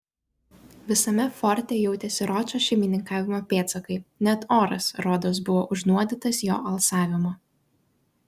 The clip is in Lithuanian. visame forte jautėsi ročo šeimininkavimo pėdsakai net oras rodos buvo užnuodytas jo alsavimo